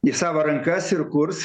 į savo rankas ir kurs